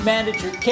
Manager